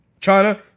China